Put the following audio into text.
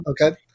Okay